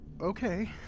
okay